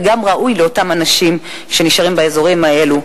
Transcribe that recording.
וגם ראוי לאותם אנשים שנשארים באזורים האלה,